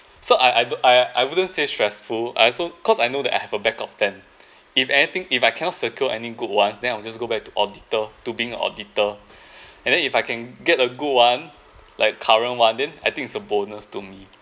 so I I don't I wouldn't say stressful I also cause I know that I have a backup plan if anything if I cannot circle any good ones then I'll just go back to auditor to being a auditor and then if I can get a good one like current one then I think it's a bonus to me